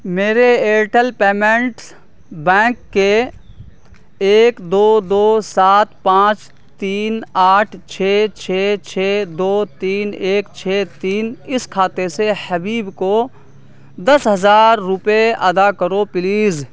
میرے Airtel payments bank کے ایک دو دو سات پانچ تین آٹھ چھ چھ چھ دو تین ایک چھ تین اس کھاتے سے حبیب کو دس ہزار روپئے ادا کرو پلیز